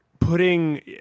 Putting